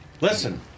listen